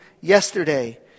yesterday